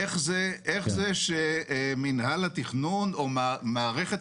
איתן שאל איך זה שמנהל התכנון או מערכת